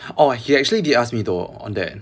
oh he actually did ask me though on that